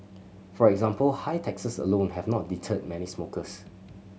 for example high taxes alone have not deterred many smokers